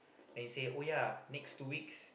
then he say oh yeah next two weeks